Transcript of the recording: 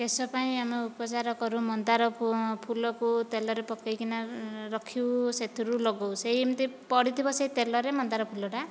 କେଶ ପାଇଁ ଆମେ ଉପଚାର କରୁ ମନ୍ଦାର ଫୁଲକୁ ତେଲରେ ପକାଇକି ନା ରଖିବୁ ସେଥିରୁ ଲଗାଉ ସେମିତି ପଡ଼ିଥିବ ସେହି ତେଲରେ ସେ ମନ୍ଦାର ଫୁଲଟା